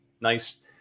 nice